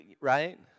right